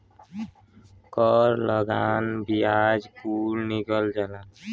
कर लगान बियाज कुल गिनल जाला